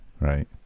Right